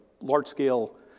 large-scale